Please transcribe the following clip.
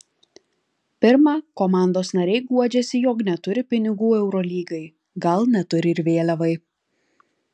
pirma komandos nariai guodžiasi jog neturi pinigų eurolygai gal neturi ir vėliavai